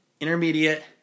Intermediate